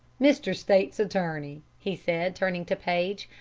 mr. state's attorney, he said, turning to paige,